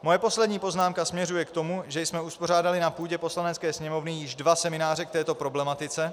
Moje poslední poznámka směřuje k tomu, že jsme uspořádali na půdě Poslanecké sněmovny již dva semináře k této problematice.